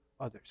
others